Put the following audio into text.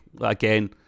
again